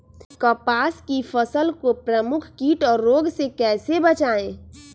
कपास की फसल को प्रमुख कीट और रोग से कैसे बचाएं?